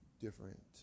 different